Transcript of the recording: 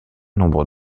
nombre